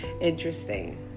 interesting